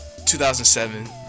2007